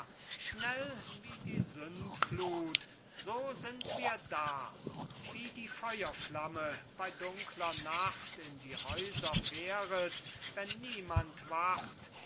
schnell wie die sündflut so sind wir da wie die feuerflamme bei dunkler nacht in die häuser fähret wenn niemand wacht